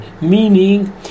meaning